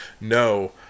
no